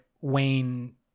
Wayne